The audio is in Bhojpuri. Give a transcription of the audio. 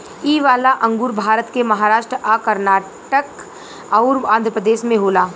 इ वाला अंगूर भारत के महाराष्ट् आ कर्नाटक अउर आँध्रप्रदेश में होला